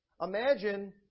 Imagine